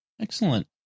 Excellent